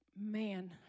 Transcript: Man